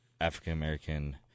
African-American